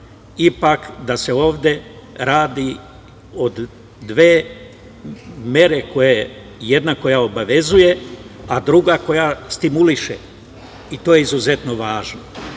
ipak da se ovde radi o dve mere. Jedna koja obavezuje, a druga koja stimuliše i to je izuzetno važno. Dakle,